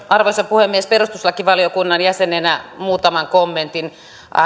arvoisa puhemies perustuslakivaliokunnan jäsenenä muutama kommentti